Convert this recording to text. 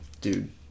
dude